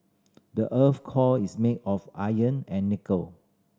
the earth's core is made of iron and nickel